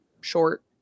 short